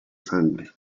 sangre